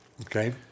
Okay